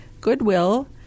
Goodwill